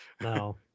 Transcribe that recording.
No